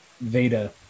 Veda